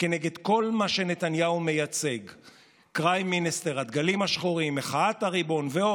כל פעם היא אומרת: אני צריכה לבחון אותו.